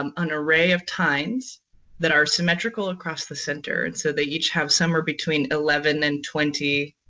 um an array of tines that are symmetrical across the center and so they each have somewhere between eleven and twenty.